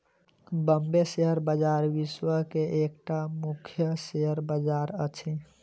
Bombay share बजार विश्व के एकटा मुख्य शेयर बजार अछि